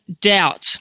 Doubt